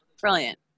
Brilliant